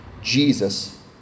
Jesus